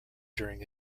during